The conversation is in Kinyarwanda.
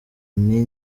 nti